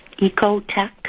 Ecotech